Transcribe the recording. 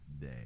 day